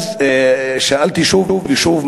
אז שאלתי שוב ושוב,